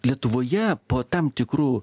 lietuvoje po tam tikrų